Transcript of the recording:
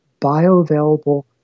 bioavailable